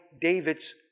David's